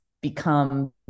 become